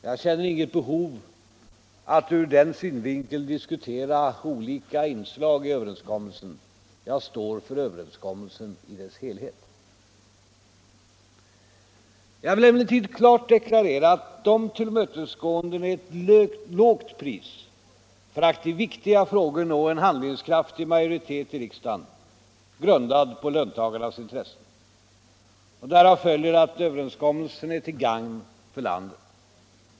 Jag känner inget behov av att ur den synvinkeln diskutera olika inslag i överenskommelsen. Jag står för överenskommelsen i dess helhet. Jag vill emellertid klart deklarera att dessa tillmötesgåenden är ett lågt pris för att i viktiga frågor nå en handlingskraftig majoritet i riksdagen grundad på löntagarnas intressen. Därav följer att överenskommelsen är till gagn för landet.